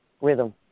rhythm